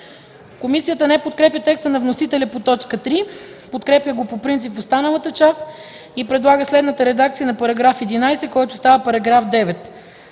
Комисията не подкрепя текста на вносителя по т. 3, подкрепя го по принцип в останалата част и предлага следната редакция на § 11, който става § 9: „§ 9.